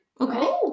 okay